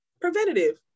preventative